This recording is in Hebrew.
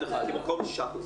בבקשה.